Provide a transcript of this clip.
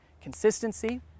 Consistency